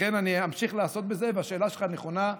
לכן אני אמשיך לעסוק בזה, והשאלה שלך היא נכונה.